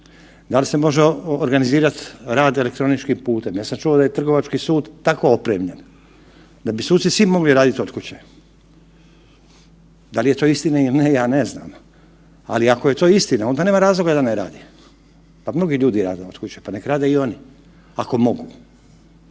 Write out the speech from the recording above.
da li se može organizirati rad elektroničkim putem, ja sam čuo da je Trgovački sud tako opremljen da bi suci svi mogli raditi od kuće. Da li je to istina ili ne ja ne znam, ali ako je to istina onda nema razloga da ne rade, pa mnogi ljudi rade, pa nek rade i oni, ako mogu.